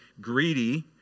greedy